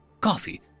coffee